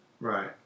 Right